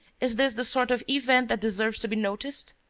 is this the sort of event that deserves to be noticed?